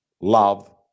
love